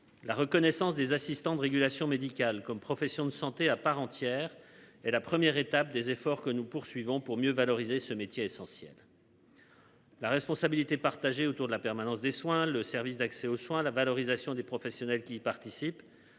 La reconnaissance des assistants de régulation médicale comme profession de santé à part entière et la première étape des efforts que nous poursuivons pour mieux valoriser ce métier essentiel. La responsabilité partagée autour de la permanence des soins. Le service d'accès aux soins, la valorisation des professionnels qui participent.